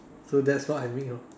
so that's what I'll make lor